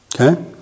Okay